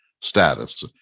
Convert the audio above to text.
status